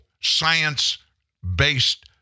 science-based